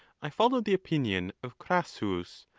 i follow the opinion of crassus,